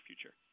future